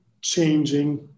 changing